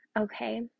okay